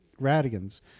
Radigan's